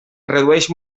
redueix